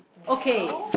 okay